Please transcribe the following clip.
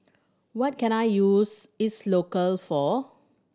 what can I use Isocal for